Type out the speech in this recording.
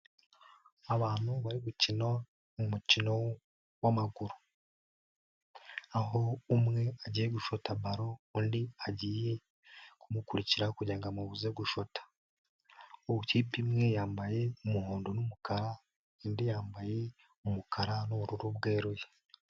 Abantu bari gukina umukino wa maguru, aho umwe agiye gu gushota balo undi agiye kumukurikira kugira ngo amubuze gushoto, ikipe imwe yambaye umuhondo n'umukara, indi yambaye umukara n'ubururu bweruye.